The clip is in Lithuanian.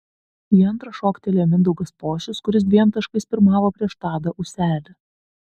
į antrą šoktelėjo mindaugas pošius kuris dviem taškais pirmavo prieš tadą ūselį